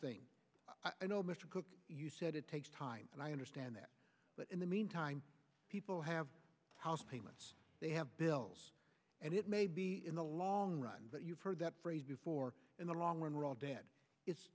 thing i know mr cook said it takes time and i understand that but in the meantime people have house payments they have bills and it may be in the long run but you've heard that phrase before in the long run we're all dead